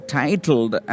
titled